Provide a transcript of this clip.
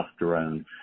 testosterone